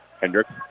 Hendricks